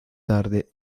tarde